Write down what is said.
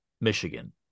Michigan